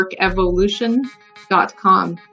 workevolution.com